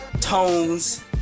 Tones